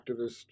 activist